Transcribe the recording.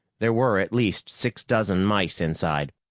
there were at least six dozen mice inside!